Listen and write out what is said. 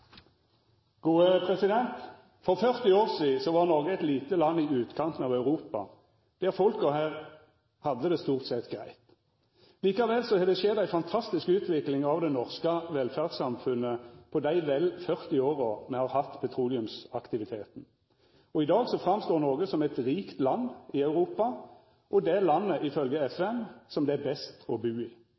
Europa, og folka her hadde det stort sett greitt. Likevel har det skjedd ei fantastisk utvikling av det norske velferdssamfunnet på dei vel 40 åra me har hatt petroleumsaktiviteten. I dag står Noreg fram som eit rikt land i Europa og det landet – ifølgje FN – som det er best å bu